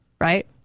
right